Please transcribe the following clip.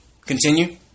Continue